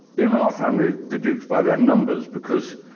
in our family, the dukes by their numbers, because,